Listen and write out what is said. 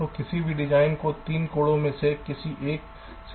तो किसी भी डिजाइन को 3 कोणों में से किसी एक से देखा जा सकता है